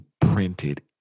printed